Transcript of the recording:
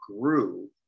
grew